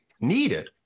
needed